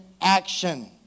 action